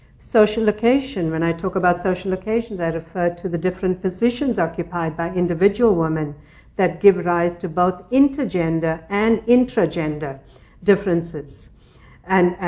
social location when i talk about social locations, i refer to the different positions occupied by individual women that give rise to both inter-gender and intra-gender differences and